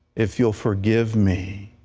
if you'll forgive me,